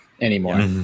anymore